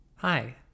Hi